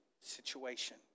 situation